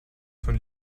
von